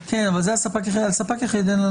יחיד,